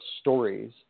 stories